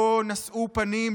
לא 'נשאו פנים',